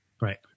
Right